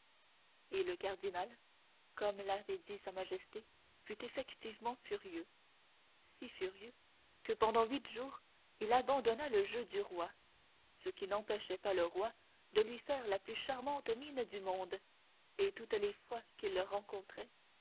et le cardinal comme l'avait dit sa majesté fut effectivement furieux si furieux que pendant huit jours il abandonna le jeu du roi ce qui n'empêchait pas le roi de lui faire la plus charmante mine du monde et toutes les fois qu'il le rencontrait